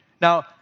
Now